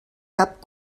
cap